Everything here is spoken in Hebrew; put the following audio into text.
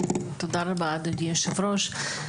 תודה רבה אדוני היושב-ראש,